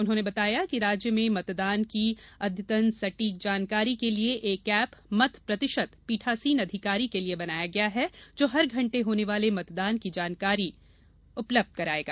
उन्होंने बताया कि राज्य में मतदान की अद्यतन सटीक जानकारी के लिए एक ऐप मत प्रतिशत पीठासीन अधिकारी के लिए बनाया गया है जो हर घंटे होने वाले मतदान की जानकारी अद्यतन करेगा